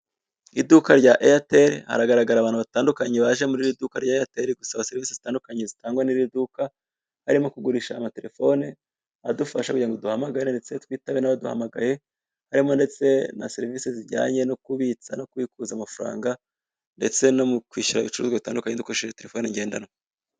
Iduka rya Airtel hagaragara abantu batandukanye baje mu iri duka rya Airtel gusaba sirivisi zitandukanye zitangwa n'iri duka, harimo kugurisha amatelefone adufasha kugira ngo duhamagare ndetse twitabe n'abaduhamagaye, harimo ndetse na serivisi zijyanye no kubitsa no kwibikuza amafaranga ndetse no mu kwishyura ibicuruzwa bitandukanye dukoresheje telefone ngendanwa.